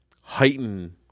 heighten